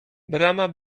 brama